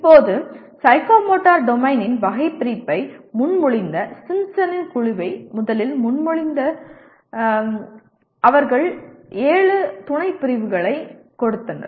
இப்போது சைக்கோமோட்டர் டொமைனின் வகைபிரிப்பை முன்மொழிந்த சிம்ப்சனின் குழுவை முதலில் முன்மொழிந்த சிம்ப்சன் அவர்கள் ஏழு துணைப்பிரிவுகளைக் கொடுத்தனர்